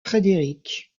frédéric